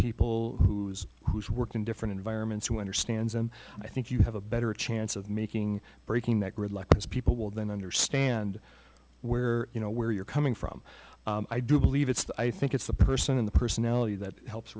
people whose whose work in different environments who understands them i think you have a better chance of making breaking that gridlock as people will than understand where you know where you're coming from i do believe it's i think it's the person in the personality that helps